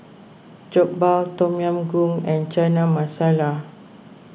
Jokbal Tom Yam Goong and Chana Masala